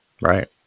Right